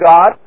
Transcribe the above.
God